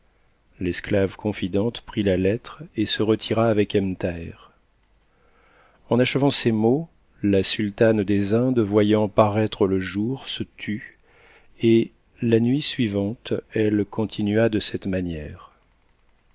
l'esclave confidente prit la lettre et se retira avec ebn thaher en achevant ces mots la sultane des indes voyant paraître le jour se tut et la nuit suivante elle continua de cette manière